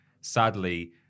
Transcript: sadly